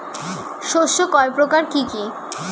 শস্য কয় প্রকার কি কি?